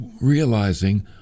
realizing